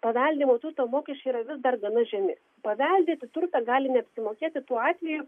paveldėjimo turto mokesčiai yra vis dar gana žemi paveldėti turtą gali neapsimokėti tuo atveju